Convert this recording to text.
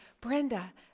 Brenda